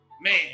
Man